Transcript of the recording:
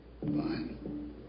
Fine